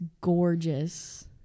gorgeous